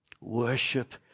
worship